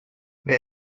wer